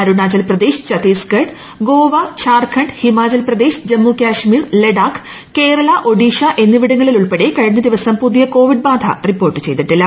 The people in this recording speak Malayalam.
അരുണാചൽ പ്രദേശ് ഛത്തീസ്ഗഡ് ഗോവ ഛാർഖണ്ഡ് ഹിമാചൽ പ്രദേശ് ജമ്മു കശ്മീർ ലഡാഖ് കേരള ഒഡീഷ എന്നിവിടങ്ങളിൽ ഉൾപ്പെടെ കഴിഞ്ഞ ദിവസം പുതിയ കോവിഡ് ബാധ റിപ്പോർട്ട് ചെയ്തിട്ടില്ല